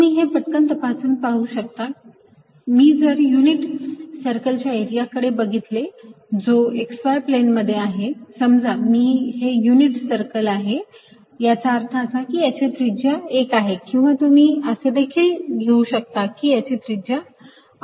तुम्ही हे पटकन तपासून पाहू शकता मी जर युनिट सर्कलच्या एरिया कडे बघितले जो x y प्लेन मध्ये आहे समजा की हे युनिट सर्कल आहे याचा अर्थ असा की याची त्रिज्या 1 आहे किंवा तुम्ही असे देखील घेऊ शकता की त्याची त्रिज्या r आहे